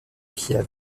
kiev